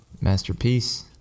Masterpiece